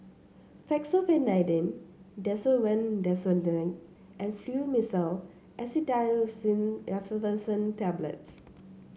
Fexofenadine Desowen Desonide and Fluimucil Acetylcysteine Effervescent Tablets